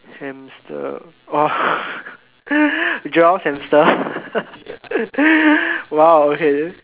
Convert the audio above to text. hamster orh Joel's hamster ah !wow! okay